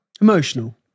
emotional